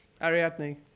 Ariadne